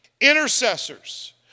intercessors